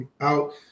out